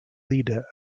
leader